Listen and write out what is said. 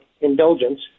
Indulgence